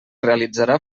realitzarà